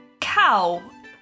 cow